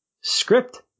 script